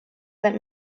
let